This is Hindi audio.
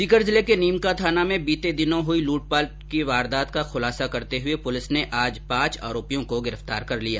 सीकर जिले के नीमकाथाना में बीत दिनों हई लूटपाट की वारदात का खुलासा करते हुए पुलिस ने आज पांच आरोपियों को गिरफ्तार कर लिया